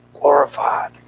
glorified